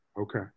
Okay